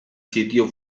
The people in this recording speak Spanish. sitio